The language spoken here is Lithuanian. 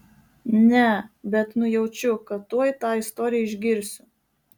ne bet nujaučiu kad tuoj tą istoriją išgirsiu